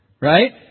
Right